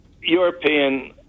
European